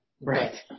Right